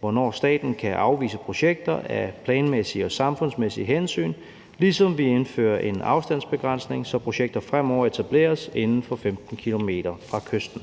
hvornår staten kan afvise projekter af planmæssige og samfundsmæssige hensyn, ligesom vi indfører en afstandsbegrænsning, så projekter fremover etableres inden for 15 km fra kysten.